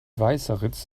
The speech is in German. weißeritz